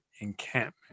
encampment